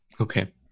Okay